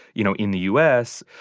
you know, in the u s,